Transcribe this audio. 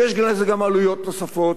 ויש לזה עלויות נוספות,